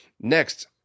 Next